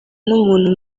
n’umuntu